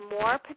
more